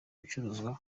bicuruzwa